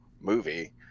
movie